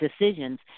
decisions